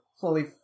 fully